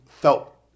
felt